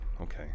Okay